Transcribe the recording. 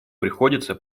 приходится